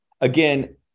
again